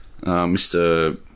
Mr